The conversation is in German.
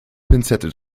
pinzette